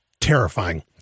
terrifying